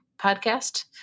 podcast